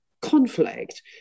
conflict